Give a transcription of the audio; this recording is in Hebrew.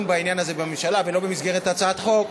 בעניין הזה בממשלה ולא במסגרת הצעת חוק